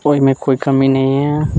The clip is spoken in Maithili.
ओहिमे कोइ कमी नहि है